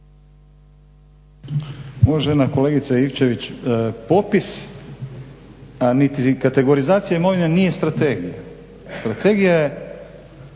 Uvažena kolegice Ivčević, popis niti kategorizacija imovine nije strategija. Strategija je